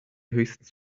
höchstens